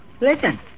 listen